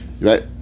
Right